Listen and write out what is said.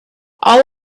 all